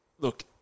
look